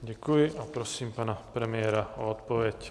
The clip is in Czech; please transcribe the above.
Děkuji a prosím pana premiéra o odpověď.